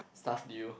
stuff due